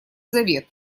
завет